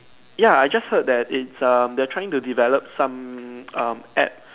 ya I just heard that it's um they are trying to develop some um apps